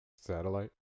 Satellite